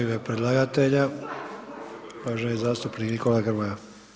U ime predlagatelja, uvaženi zastupnik Nikola Grmoja.